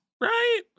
right